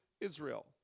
Israel